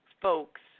folks